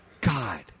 God